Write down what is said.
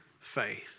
faith